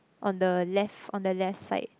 on the left on the left side